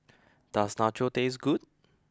does Nachos taste good